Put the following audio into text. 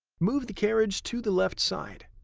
move the carriage to the left side.